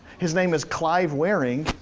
his name is clive wearing,